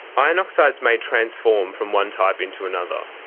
iron oxides may transform from one type into another.